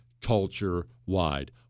culture-wide